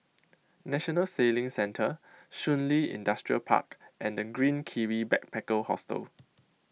National Sailing Centre Shun Li Industrial Park and The Green Kiwi Backpacker Hostel